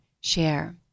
share